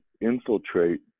infiltrate